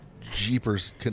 jeepers